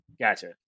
Gotcha